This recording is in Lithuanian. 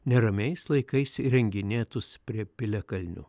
neramiais laikais įrenginėtus prie piliakalnių